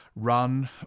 Run